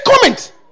comment